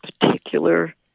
particular